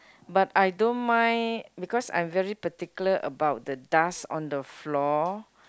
but I don't mind because I very particular about the dust on the floor